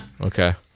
Okay